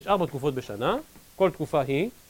יש ארבע תקופות בשנה, כל תקופה היא.